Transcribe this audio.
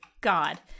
God